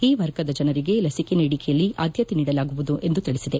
ಈ ವರ್ಗದ ಜನರಿಗೆ ಲಸಿಕೆ ನೀಡಿಕೆಯಲ್ಲಿ ಆದ್ದಕೆ ನೀಡಲಾಗುವುದು ಎಂದು ತಿಳಿಸಿದೆ